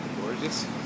Gorgeous